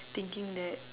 thinking that